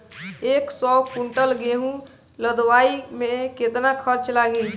एक सौ कुंटल गेहूं लदवाई में केतना खर्चा लागी?